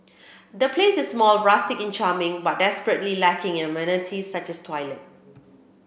the place is small rustic and charming but desperately lacking in amenities such as a toilet